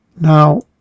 Now